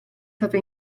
stato